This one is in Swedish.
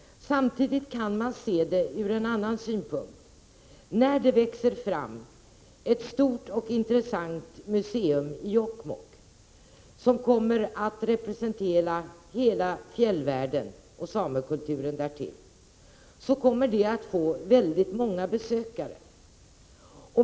Samtidigt kan man se det hela ur en annan synvinkel. När det växer fram ett stort och intressant museum i Jokkmokk, som då representerar hela fjällvärlden och samekulturen därtill, kommer det att få väldigt många besökare.